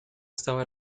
estaba